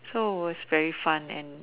so was very fun and